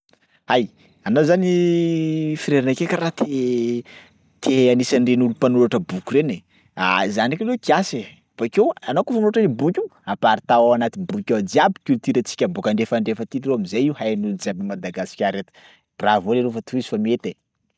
Hay! anao zany freranakay karaha te te anisany reny olo mpanoratra boky reny. Ah, zany ndraiky aloha kiasy e bakeo anao kaofa manoratra io boky io aparitao ao anaty boky ao jiaby culturantsika bôka andrefandrefa aty leroa am'zay io hain'olo jiaby Madagasikara eto, bravo leroa fa tohizo fa mety e.